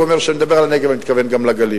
הוא אמר: כשאני מדבר על הנגב אני מתכוון גם לגליל.